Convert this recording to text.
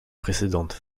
précédente